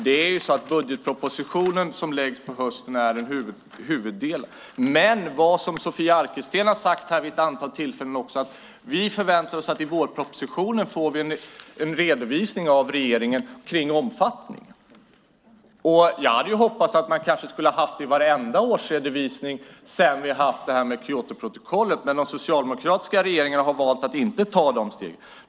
Det är budgetpropositionen som läggs fram på hösten som är det huvudsakliga. Men som Sofia Arkelsten har sagt här vid ett antal tillfällen förväntar vi oss att i vårpropositionen få en redovisning av regeringen om omfattningen. Jag hade hoppats att man kanske skulle ha haft det i varenda årsredovisning sedan Kyotoprotokollet. Men de socialdemokratiska regeringarna har valt att inte ta dessa steg.